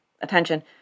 attention